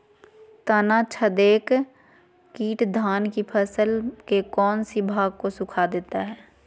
तनाछदेक किट धान की फसल के कौन सी भाग को सुखा देता है?